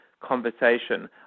conversation